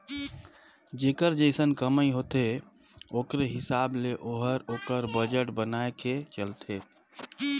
जेकर जइसन कमई होथे ओकरे हिसाब ले ओहर ओकर बजट बनाए के चलथे